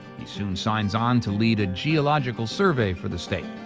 he soon signs on to lead a geological survey for the state.